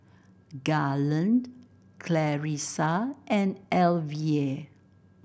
Garland Clarissa and Alvia